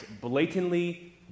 blatantly